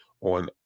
on